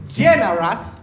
generous